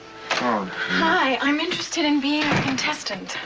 um hi, i'm interested in being a contestant.